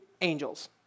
angels